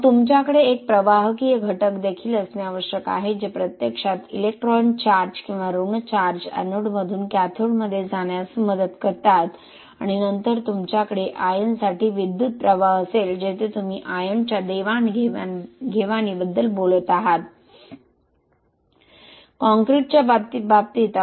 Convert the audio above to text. मग तुमच्याकडे एक प्रवाहकीय घटक देखील असणे आवश्यक आहे जे प्रत्यक्षात इलेक्ट्रॉन चार्ज किंवा ऋण चार्ज एनोडमधून कॅथोडमध्ये जाण्यास मदत करतात आणि नंतर तुमच्याकडे आयनसाठी विद्युत प्रवाह असेल जेथे तुम्ही आयनच्या देवाणघेवाणीबद्दल बोलत आहात कॉंक्रिटच्या बाबतीत